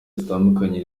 zitandukanye